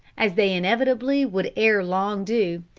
as they inevitably would ere long do,